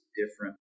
different